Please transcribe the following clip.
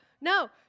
No